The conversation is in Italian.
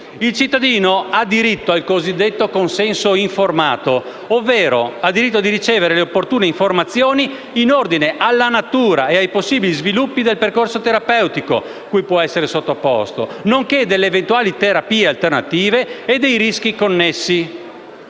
Il cittadino ha il diritto al cosiddetto consenso informato, ovvero ha diritto di ricevere le opportune informazioni in ordine alla natura e ai possibili sviluppi del percorso terapeutico cui può essere sottoposto, nonché delle eventuali terapie alternative e dei rischi connessi;